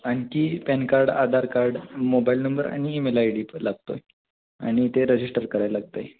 आणखी pan card Aadhaar card mobile number आणि email I D लागतो आहे आणि ते रजिस्टर करायला लागत आहे